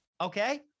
okay